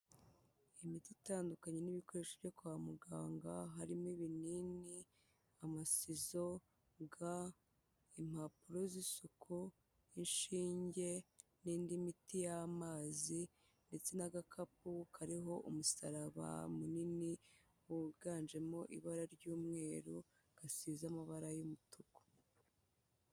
Imiti itandukanye n'ibikoresho byo kwa muganga, harimo ibinini, amasizo, ga, impapuro z'isuku, inshinge n'indi miti y'amazi, ndetse n'agakapu kariho umusaraba munini, wiganjemo ibara ry'umweru, gasize amabara y'umutuku.